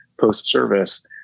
post-service